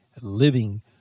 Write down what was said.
living